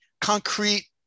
concrete